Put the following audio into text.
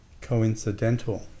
coincidental